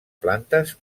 plantes